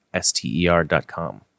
Ster.com